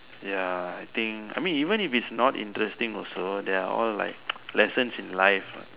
ya I think I mean even if it's not interesting also there are all like lessons in life